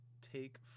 take